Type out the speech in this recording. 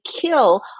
kill